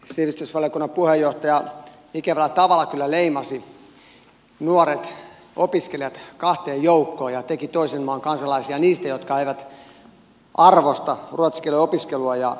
sivistysvaliokunnan puheenjohtaja ikävällä tavalla kyllä leimasi nuoret opiskelijat kahteen joukkoon ja teki toisen maan kansalaisia heistä jotka eivät arvosta ruotsin kielen opiskelua ja se on kuulemma eriarvoistavaa